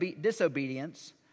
disobedience